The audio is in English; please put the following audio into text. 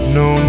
no